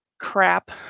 Crap